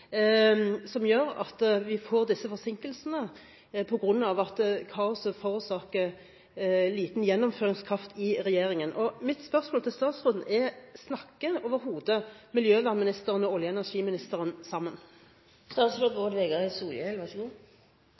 som gjør at vi får disse forsinkelsene på grunn av at kaoset forårsaker liten gjennomføringskraft i regjeringen. Mitt spørsmål til statsråden er: Snakker overhodet miljøvernministeren og olje- og energiministeren sammen?